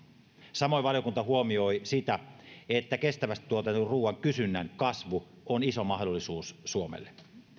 samoin valiokunta huomioi sitä että kestävästi tuotetun ruuan kysynnän kasvu on iso mahdollisuus suomelle